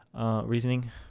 reasoning